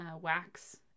wax